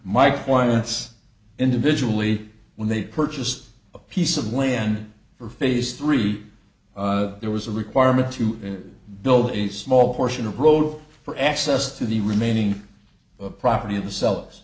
my clients individually when they purchased a piece of land for phase three there was a requirement to build a small portion of road for access to the remaining property of the cel